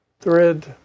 thread